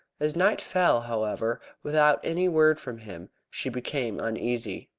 as night fell, however, without any word from him, she became uneasy.